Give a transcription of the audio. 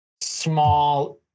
small